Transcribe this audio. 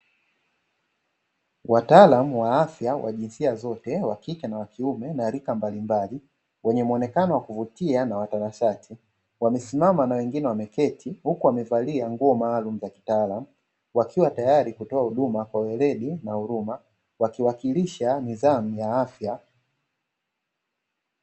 Wataalamu wa afya wa jinsia zote wa kike na wa kiume na rika mbalimbali, wenye muonekano wa kuvutia na watanashati, wamesimama na wengine wameketi, huku wamevalia nguo maalumu za kitaalamu. Wakiwa tayari kutoa huduma kwa weledi na huruma, wakiwakilisha nidhamu ya afya.